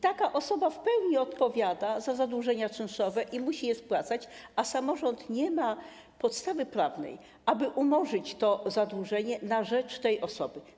Taka osoba w pełni odpowiada za zadłużenia czynszowe i musi je spłacać, a samorząd nie ma podstawy prawnej, aby umorzyć to zadłużenie na rzecz tej osoby.